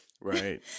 Right